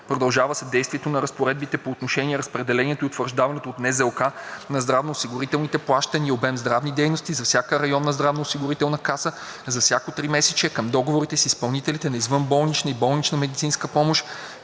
Продължава се действието на разпоредбите по отношение разпределението и утвърждаването от НЗОК на здравноосигурителните плащания и обем здравни дейности за всяка районна здравноосигурителна каса за всяко тримесечие към договорите с изпълнителите на извънболнична и болнична медицинска помощ,